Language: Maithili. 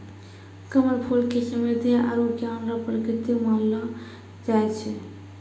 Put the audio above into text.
कमल फूल के समृद्धि आरु ज्ञान रो प्रतिक मानलो जाय छै